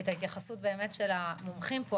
את ההתייחסות באמת של המומחים פה.